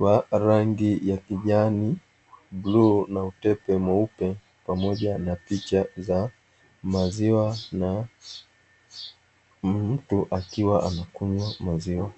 vya rangi ya kijani, bluu na utepe mweupe pamoja na picha za maziwa na mtu akiwa anakunywa maziwa.